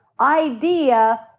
idea